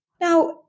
Now